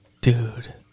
Dude